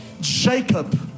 Jacob